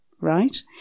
right